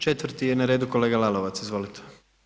Četvrti je na redu kolega Lalovac, izvolite.